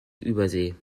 übersee